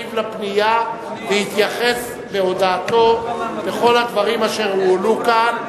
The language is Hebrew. ישיב לפנייה ויתייחס בהודעתו לכל הדברים אשר הועלו כאן.